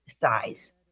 size